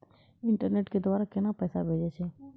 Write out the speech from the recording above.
Internet के द्वारा केना पैसा भेजय छै?